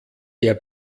der